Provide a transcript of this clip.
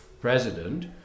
president